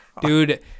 Dude